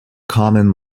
common